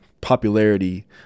popularity